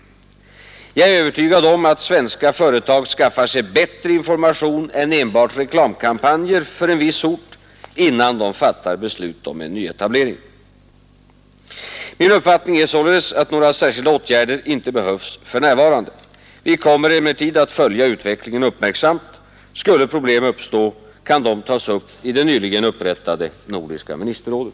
Jag är övertygad om att svenska företag skaffar sig bättre information än enbart reklamkampanjer för en viss ort, innan de fattar beslut om en nyetablering. Min uppfattning är således att några särskilda åtgärder inte behövs för närvarande. Vi kommer emellertid att följa utvecklingen uppmärksamt. Skulle problem uppstå, kan dessa tas upp i det nyligen upprättade nordiska ministerrådet.